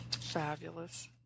Fabulous